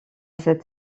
sept